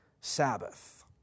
Sabbath